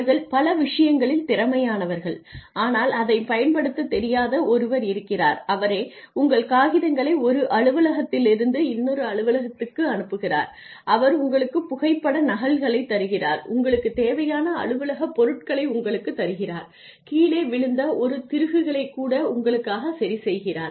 அவர்கள் பல விஷயங்களில் திறமையானவர்கள் ஆனால் அதைப் பயன்படுத்தத் தெரியாத ஒருவர் இருக்கிறார் அவரே உங்கள் காகிதங்களை ஒரு அலுவலகத்திலிருந்து இன்னொரு அலுவலகத்துக்கு அனுப்புகிறார் அவர் உங்களுக்குப் புகைப்பட நகல்களைத் தருகிறார் உங்களுக்குத் தேவையான அலுவலகப் பொருட்களை உங்களுக்குத் தருகிறார் கீழே விழுந்த ஒரு திருகுகளைக் கூட உங்களுக்காகச் சரி செய்கிறார்